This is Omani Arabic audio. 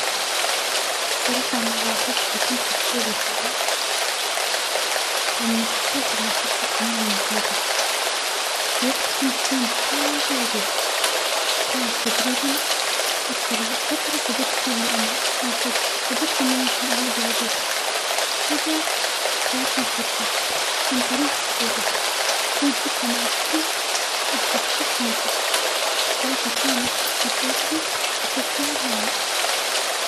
الصراحة من الأوجات اللى كنت محظوظة فيها لما حصلت على فرصة عمل ممتازة في وجت كنت محتاجة فيه وظيفة، كانت تقريبا أكثر وق-فترة فجدت فيها الأمل أو ف-فجدت إنى ممكن الاقى وظيفة، وفجأة جاتنى الفرصة عن طريج صديجة بدون حتى ما أكون أبحث بشكل نشط، الصراحة كان أكثر لحظة حسيت فيها بالأمل.